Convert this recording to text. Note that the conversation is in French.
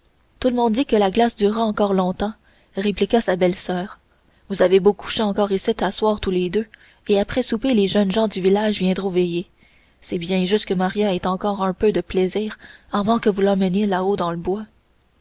tout le monde dit que la glace durera encore longtemps répliqua sa belle-soeur vous avez beau coucher encore icitte à soir tous les deux et après souper les jeunes gens du village viendront veiller c'est bien juste que maria ait encore un peu de plaisir avant que vous l'emmeniez là-haut dans le bois